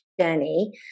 journey